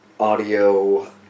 Audio